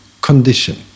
condition